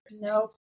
No